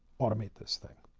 automate this thing.